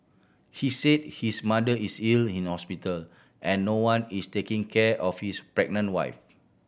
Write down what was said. he said his mother is ill in hospital and no one is taking care of his pregnant wife